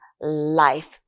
life